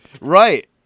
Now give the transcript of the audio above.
Right